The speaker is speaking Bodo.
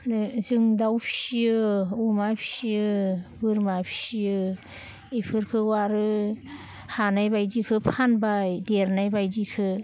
जों दाउ फियो अमा फियो बोरमा फियो एफोरखौ आरो हानायबायदिखौ फानबाय देरनायबायदिखो